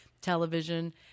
television